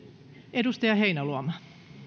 edustaja heinäluoma